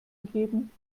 gegeben